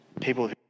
people